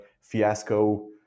fiasco